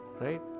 right